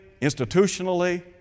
institutionally